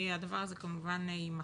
הדבר הזה כמובן יימחק.